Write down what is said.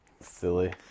Silly